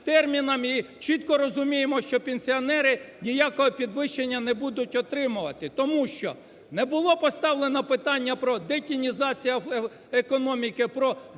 і чітко розуміємо, що пенсіонери ніякого підвищення не будуть отримувати. Тому що не було поставлено питання про детінізацію економіки, про